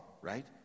right